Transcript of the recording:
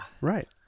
Right